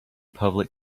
public